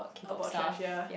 about thrash ya